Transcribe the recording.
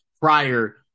prior